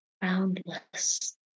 boundless